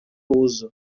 uso